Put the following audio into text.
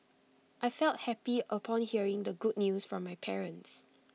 I felt happy upon hearing the good news from my parents